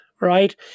Right